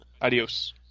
Adios